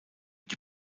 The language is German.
die